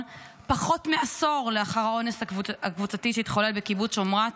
פחות מעשור לאחר האונס הקבוצתי שהתחולל בקיבוץ שומרת.